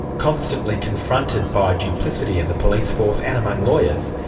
constantly confronted by duplicity in the police force and among lawyers,